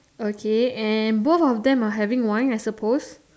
okay and both of them are having wine I suppose